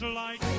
light